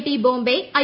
T Bombay I